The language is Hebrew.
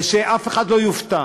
ושאף אחד לא יופתע.